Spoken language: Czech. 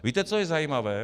Víte, co je zajímavé?